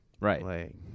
Right